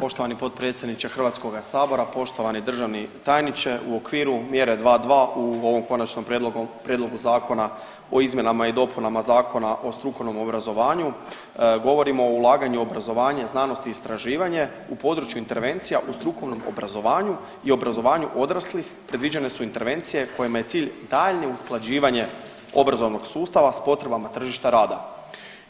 Poštovani potpredsjedniče HS-a, poštovani državni tajniče, u okviru mjere 2.2. u ovom Konačnom prijedlogu zakona o izmjenama i dopunama Zakona o strukovnom obrazovanju govorimo o ulaganju u obrazovanje, znanost i istraživanje u području intervencija u strukovnom obrazovanju i obrazovanju odraslih, predviđene su intervencije kojima je cilj daljnje usklađivanje obrazovnog sustava s potrebama tržišta rada